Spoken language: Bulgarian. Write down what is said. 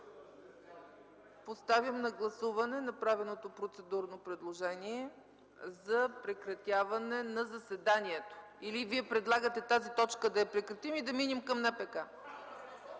Поставям на гласуване направеното процедурно предложение за прекратяване на заседанието – или Вие предлагате тази точка да я прекратим и да преминем към НПК?